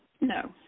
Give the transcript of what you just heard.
No